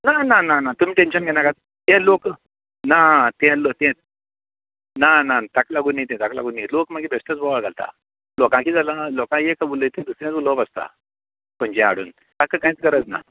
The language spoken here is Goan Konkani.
ना ना ना ना तुमी टेंशन घेवनाकात तें लोक ना ते ते ना ना ताका लागून न्हय ते ताका लागून न्हय लोक मागीर बेश्टोच बोवाळ घालतात लोकांक किदें जालां लेकांक एक उलयता थंय दुसरेंच उलोवप आसता खंयचे हाडून तांकां कांयच गरज ना